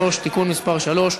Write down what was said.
33) (תיקון מס' 3),